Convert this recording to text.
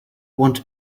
want